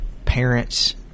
Parents